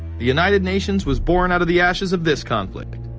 the united nations was born out of the ashes of this conflict.